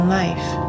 life